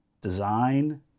design